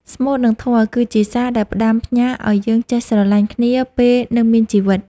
ស្មូត និងធម៌គឺជាសារដែលផ្ដាំផ្ញើឱ្យយើងចេះស្រឡាញ់គ្នាពេលនៅមានជីវិត។